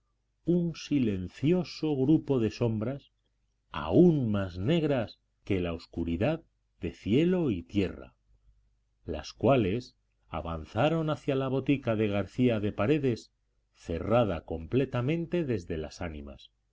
un silencioso grupo de sombras aún más negras que la oscuridad de cielo y tierra las cuales avanzaron hacia la botica de garcía de paredes cerrada completamente desde las ánimas